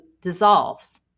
dissolves